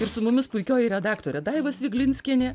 ir su mumis puikioji redaktorė daiva sviglinskienė